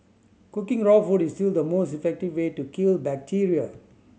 cooking raw food is still the most effective way to kill bacteria